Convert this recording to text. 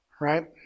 right